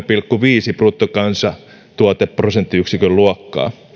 pilkku viiden bruttokansantuoteprosenttiyksikön luokkaa